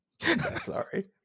Sorry